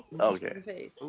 Okay